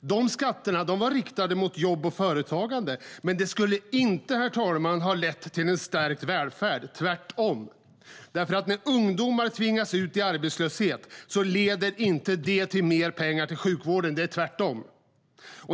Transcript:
De skatterna var riktade mot jobb och företagande. Det skulle inte, herr talman, ha lett till någon stärkt välfärd - tvärtom. När ungdomar tvingas ut i arbetslöshet leder inte det till mer pengar till sjukvård - tvärtom.